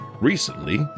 Recently